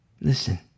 Listen